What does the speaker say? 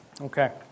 Okay